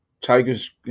tiger's